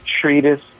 treatise